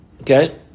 Okay